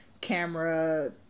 camera